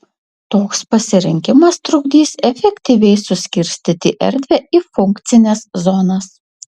toks pasirinkimas trukdys efektyviai suskirstyti erdvę į funkcines zonas